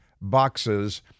boxes